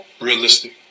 Realistic